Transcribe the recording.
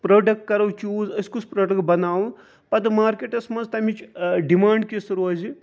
product کَرَو چوٗز أسۍ کُس پروڈَکٹ بَناوو پَتہٕ مارکیٹَس مَنٛز تمٕچ ڈمانٛڈ کِژھ روزِ